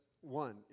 one